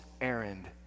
errand